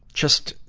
just,